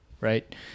right